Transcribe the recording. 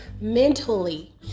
mentally